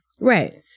Right